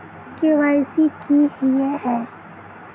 KYC की हिये है?